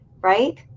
right